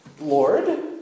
Lord